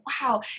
wow